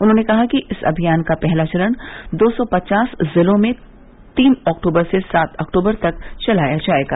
उन्होंने कहा कि इस अभियान का पहला चरण दो सौ पचास जिलों में तीन अक्तूबर से सात अक्तूबर तक चलाया जाएगा